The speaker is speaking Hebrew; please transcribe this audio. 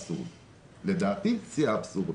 לדעתי זה שיא האבסורד.